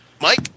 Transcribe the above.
Mike